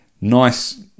nice